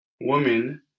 woman